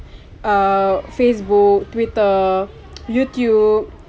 uh facebook twitter youtube